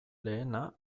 lehena